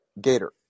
Gator